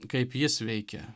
kaip jis veikia